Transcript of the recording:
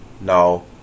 no